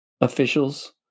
officials